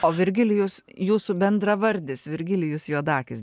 o virgilijus jūsų bendravardis virgilijus juodakis